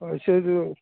ହଁ ସେ ଯେଉଁ